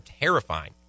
terrifying